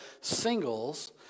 singles